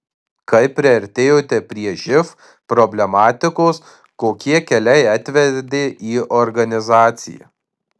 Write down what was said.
kaip priartėjote prie živ problematikos kokie keliai atvedė į organizaciją